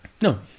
no